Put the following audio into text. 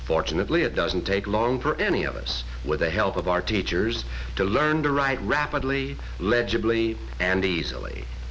fortunately it doesn't take long for any of us with the help of our teachers to learn to write rapidly legibly and easily